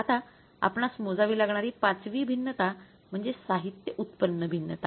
आता आपणास मोजावी लागणारी पाचवी भिन्नता म्हणजे साहित्य उत्पन्न भिन्नता